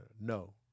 No